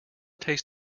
tastes